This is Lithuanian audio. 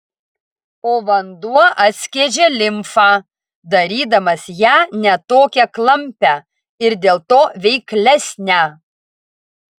o vanduo atskiedžia limfą darydamas ją ne tokią klampią ir dėl to veiklesnę